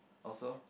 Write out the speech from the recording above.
also